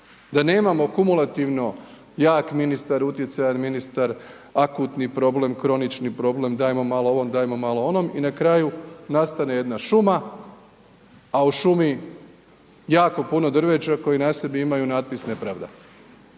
Da nemamo kumulativno jak ministar, utjecaj ministar, akutni problem, kronični problem, dajmo malo ovom, dajmo malom onom i na kraju nastane jedna šuma a u šumi jako puno drveća koje na sebi imaju natpis „Nepravda“